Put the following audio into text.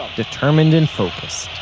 determined and focused,